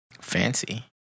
Fancy